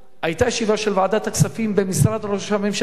היתה ישיבה של ועדת הכספים במשרד ראש הממשלה,